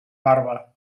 barba